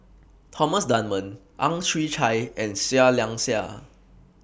Thomas Dunman Ang Chwee Chai and Seah Liang Seah